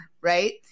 Right